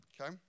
Okay